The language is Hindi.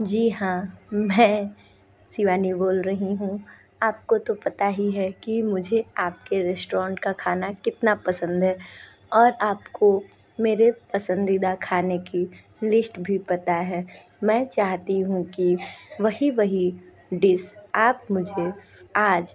जी हाँ मैं शिवानी बोल रही हूँ आप को तो पता ही है कि मुझे आपके रेस्टोरेंट का खाना कितना पसंद है और आप को मेरे पसंदीदा खाने की लिश्त भी पता है मैं चाहती हूँ कि वही वही डिस आप मुझे आज